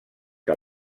que